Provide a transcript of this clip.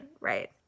right